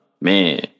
Man